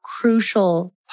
crucial